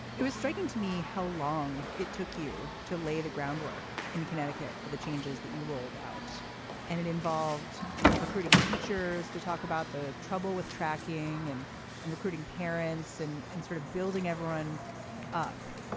it was striking to me how long it took you to lay the groundwork in connecticut for the changes that you rolled out and it involved recruiting teachers to talk about the trouble with tracking and and recruiting parents and and sort of building everyone up.